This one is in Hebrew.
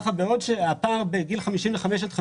בעוד שהפער ביל 55 עד 59,